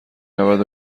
رود